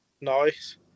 Nice